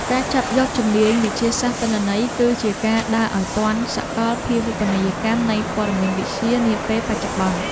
ការចាប់យកជំនាញវិទ្យាសាស្ត្រទិន្នន័យ គឺជាការដើរឱ្យទាន់សកលភាវូបនីយកម្មនៃព័ត៌មានវិទ្យានាពេលបច្ចុប្បន្ន។